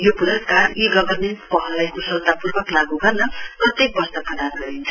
यो पुरस्कार e governance पहललाई कुशलतापूर्वक लागू गर्नका लागि प्रत्येक वर्ष प्रदान गरिन्छ